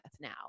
now